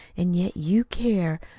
an' yet you care.